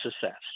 success